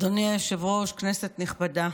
אדוני היושב-ראש, כנסת נכבדה,